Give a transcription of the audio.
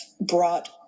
brought